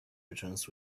returns